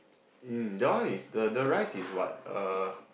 um the one is the the rice is what err